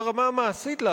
ברמה המעשית,